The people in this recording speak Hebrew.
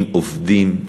עם עובדים,